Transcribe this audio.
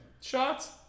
shots